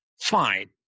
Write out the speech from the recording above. Fine